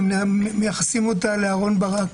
ומייחסים אותה לאהרון ברק.